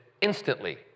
instantly